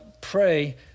pray